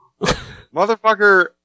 Motherfucker